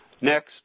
Next